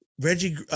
Reggie